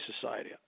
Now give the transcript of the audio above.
Society